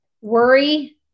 worry